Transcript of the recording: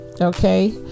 okay